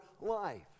life